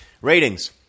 Ratings